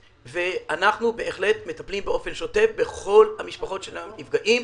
אנחנו בהחלט מטפלים באופן שוטף בכל משפחות הנפגעים.